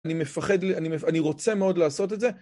אני מפחד, אני רוצה מאוד לעשות את זה.